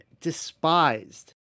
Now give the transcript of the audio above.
despised